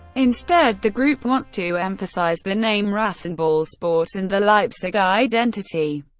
instead, the group wants to emphasize the name rasenballsport and the leipzig identity.